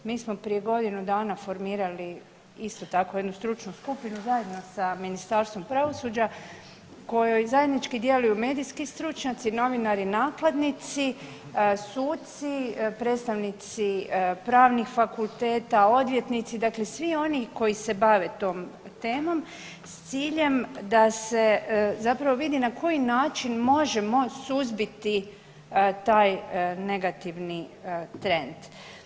Mi smo prije godinu dana formirali isto tako jednu stručnu skupinu zajedno sa Ministarstvom pravosuđa kojoj zajednički djeluju medijski stručnjaci, novinari, nakladnici, suci, predstavnici pravnih fakulteta, odvjetnici dakle, svi oni koji se bave tom temom s ciljem da se zapravo vidi na koji način možemo suzbiti taj negativni trend.